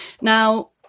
Now